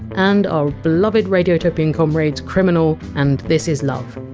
and our beloved radiotopian comrades criminal and this is love.